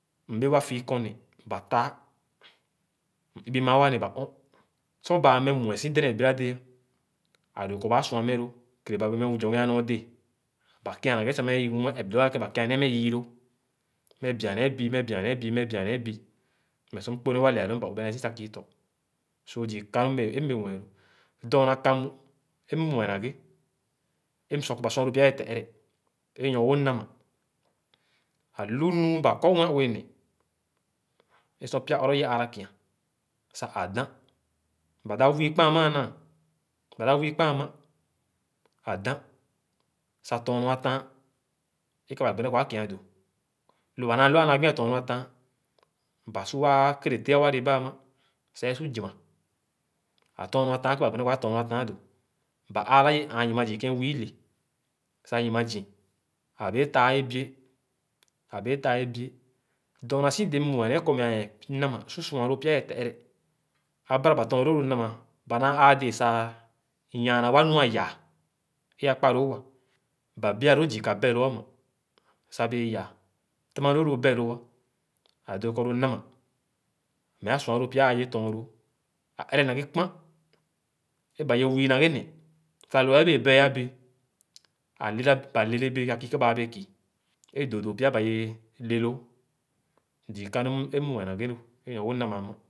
Mbẽẽ wa fii kɔn ne, ba taa. m̃ ibi mããn wa ne ba ɔ̃n. Sor baa meh mue si dɛdɛɛn biradẽẽ ã, ãdõõ kɔ baa sua meh lõõ kẽre ba m zoigea nɔɔ dee, ba kia na ghe sah me y meh ep dõõ ãya, ba kia nee meh yii lõõ, meh bian nee bii, meh bian nee bii, meh bian nee bii, mmeh sor mkpõ nee waa tɛa-loo, ba obea nee si ka kii tɔ. So zii kanu mbẽẽ mue lõ Dɔɔna kanu é mmue na ghe é msua kɔ ba sua loo pya ye te-ẽrẽ é nyo-wo nama. Ãlu nu ba kɔ mue-ue neh é sor pya ɔrɔh ye ããra kia sah ãdã. Ba dãp wii kpãn ãmã ã now, ba dáp wii kpãn, adãn sah tɔn nɔɔ ãtããn é kẽ ba gbi tẽn kɔ ã kia dõ. Ló ba naa lõ ã naa gbi ãtɔ̃n nɔɔ atããn ba su wa kereteh é ãwã le bah ãmã sah ye su zii-ma ã tɔɔn nɔɔ atããn kẽ ba gbitén kɔ ãlɔ̃ɔn nɔɔ atããn do. Ba ããra ye ããn yima zii ké wii lé za yima zii, ã bẽẽ taa ebieh, ã bẽẽ taa ebieh Dɔɔnaa si dẽẽ mmue kɔ meh nama su sua lõõ pya ye te-ẽrẽ, abara ba tɔɔn lõõ lõ nama, ba naa ãã dẽẽ sah yããna wa nu ayàà é akpalõõ wa. Ba bia lõõ zii ka beh-lõõ ãmã sah bẽẽ yàà. Tematõõ lõ beh-oo ã, ãdõõ kɔ lɔ̃ nama meh á sua lõõ pya ãã ye tɔɔn lõõ. Ã ẽrẽ naghe kpãn é ba ye wii-na-ghe ne sah lõ ẽẽ bẽẽ bɛɛ-a bẽẽ ã lela, ba lelebee sah kii kẽn baa bẽẽ kii é dõõdo pya ba ye lẽloo. Zii kanu é mmue na ghe lõ, é nɔ wó nama ãmã.